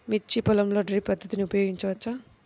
మిర్చి పొలంలో డ్రిప్ పద్ధతిని ఉపయోగించవచ్చా?